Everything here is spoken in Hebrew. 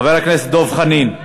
חבר הכנסת דב חנין.